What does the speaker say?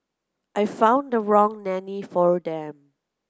I found the wrong nanny for them